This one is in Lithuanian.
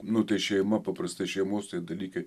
nu tai šeima paprastai šeimos tie dalykai